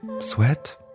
sweat